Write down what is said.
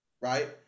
right